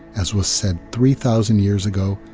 as was said three thousand years ago,